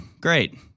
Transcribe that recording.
great